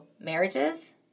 marriages